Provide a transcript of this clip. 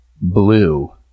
blue